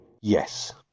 Yes